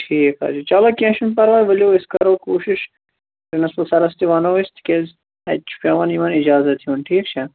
ٹھیٖک حظ چھُ چَلو کیٚنٛہہ چھُنہٕ پَرواے ؤلِو أسۍ کَرو کوٗشِش پرٛنٕسپل سَرس تہِ ونو أسۍ تِکیٛازِ اتہِ چھُ پیٚوان یِمَن اِجازت ہیٚون ٹھیٖک چھا